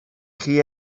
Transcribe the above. chi